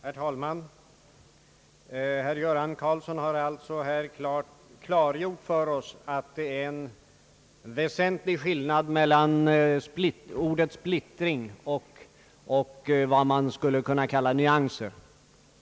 Herr talman! Herr Göran Karlsson har alltså klargjort för oss att det är en väsentlig skillnad mellan splittring och vad man skulle kunna kalla nyanser.